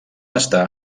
estar